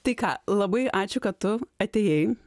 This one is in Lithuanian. tai ką labai ačiū kad tu atėjai